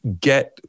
get